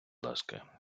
ласка